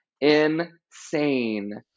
insane